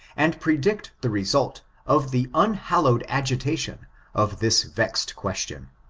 and predict the result of the unhallowed agitation of this vexed question.